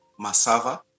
Masava